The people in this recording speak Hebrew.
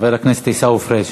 חבר הכנסת עיסאווי פריג'.